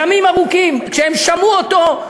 ימים ארוכים, כשהם שמעו אותו,